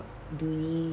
uni